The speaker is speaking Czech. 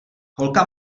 holka